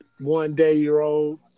One-day-year-old